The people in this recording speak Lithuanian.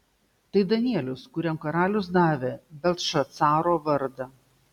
tai danielius kuriam karalius davė beltšacaro vardą